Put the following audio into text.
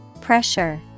pressure